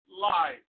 life